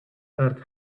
earth